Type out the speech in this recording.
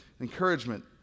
encouragement